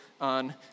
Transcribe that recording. on